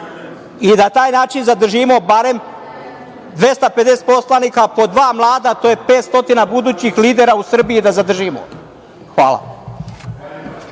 da na taj način zadržimo barem 250 poslanika, po dva mlada, to je 500 budućih lidera u Srbiji da zadržimo. Hvala.